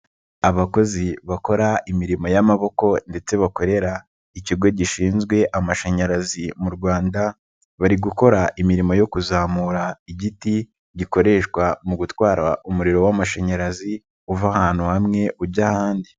Abakozi bakora imirimo y'amaboko ndetse bakorera ikigo gishinzwe amashanyarazi mu Rwanda, bari gukora imirimo yo kuzamura igiti gikoreshwa mu gutwara umuriro w'amashanyarazi uva ahantu hamwe ujya ahandi.